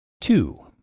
Two